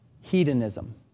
hedonism